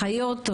אחיות,